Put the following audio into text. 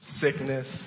Sickness